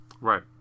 Right